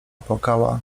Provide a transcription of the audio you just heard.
płakała